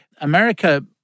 America